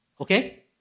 Okay